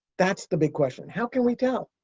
that's the big question. how can we tell?